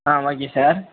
ah okay sir